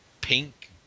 pink